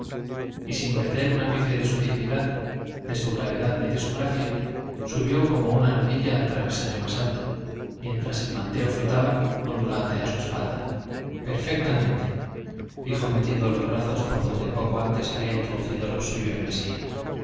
y sin perder un ápice de su dignidad de su gravedad ni de su gracia subió como una ardilla al travesaño más alto mientras el manteo flotaba ondulante a su espalda perfectamente dijo metiendo los brazos por donde poco antes había introducido los suyos mesía